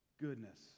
goodness